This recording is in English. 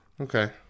Okay